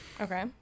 Okay